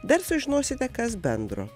dar sužinosite kas bendro